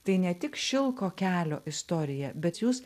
tai ne tik šilko kelio istorija bet jūs